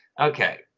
Okay